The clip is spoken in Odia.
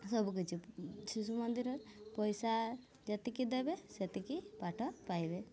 ସବୁକିଛି ଶିଶୁ ମନ୍ଦିର ପଇସା ଯେତିକି ଦେବେ ସେତିକି ପାଠ ପାଇବେ